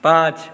पाँच